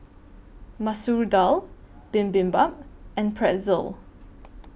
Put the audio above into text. Masoor Dal Bibimbap and Pretzel